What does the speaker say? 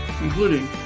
including